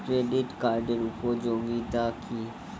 Credit কার্ডের উপযোগিতা কি?